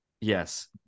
Yes